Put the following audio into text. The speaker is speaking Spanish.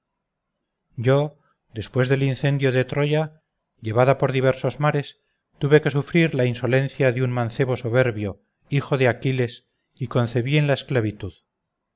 yo después del incendio de troya llevada por diversos mares tuve que sufrir la insolencia de un mancebo soberbio hijo de aquiles y concebí en la esclavitud